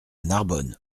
narbonne